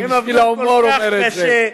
אני בשביל ההומור אומר את זה.